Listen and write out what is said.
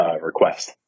request